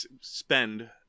spend